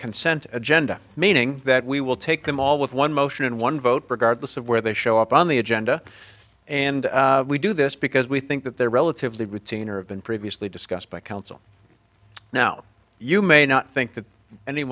consent agenda meaning that we will take them all with one motion and one vote regardless of where they show up on the agenda and we do this because we think that they're relatively routine or have been previously discussed by council now you may not think that any